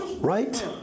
right